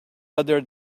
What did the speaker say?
other